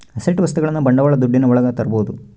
asset ವಸ್ತುಗಳನ್ನ ಬಂಡವಾಳ ದುಡ್ಡಿನ ಒಳಗ ತರ್ಬೋದು